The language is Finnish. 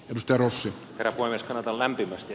jos törmäsi perä puolesta lämpimästi